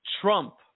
Trump